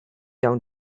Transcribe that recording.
down